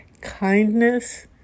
kindness